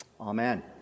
Amen